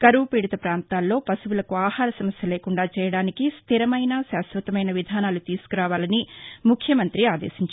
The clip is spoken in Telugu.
కరవు పీడిత ప్రాంతాల్లో పశువులకు ఆహార సమస్య లేకుండా చేయడానికి స్టిరమైన శాశ్వతమైన విధానాలు తీసుకురావాలని ఆదేశించారు